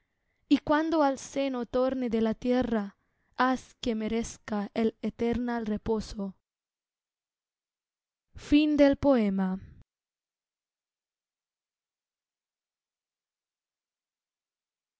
y cuando al seno torne de la tierra haz que merezca el eternal reposo